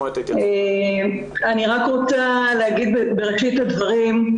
אני רק רוצה להגיד בראשית הדברים,